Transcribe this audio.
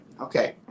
okay